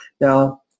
Now